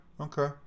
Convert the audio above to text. okay